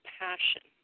passion